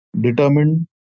determined